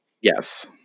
Yes